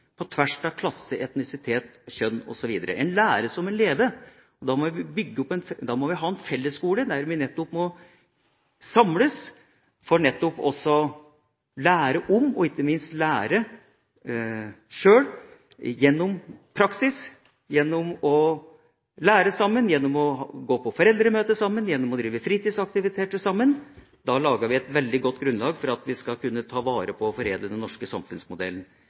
på tvers av klasser, etnisitet og kjønn osv. En lærer som en lever. Da må vi ha en fellesskole der vi må samles for nettopp å lære om og ikke minst lære sjøl, gjennom praksis, gjennom å lære sammen, gjennom å gå på foreldremøte sammen, gjennom å drive fritidsaktiviteter sammen. Da lager vi et veldig godt grunnlag for at vi skal kunne ta vare på og foredle den norske samfunnsmodellen